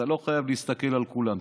אתה לא חייב להסתכל בכולם,